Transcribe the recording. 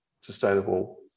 sustainable